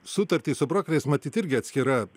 sutartys su brokeriais matyt irgi atskira